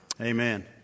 Amen